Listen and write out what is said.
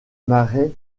marais